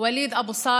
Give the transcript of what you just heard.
ולא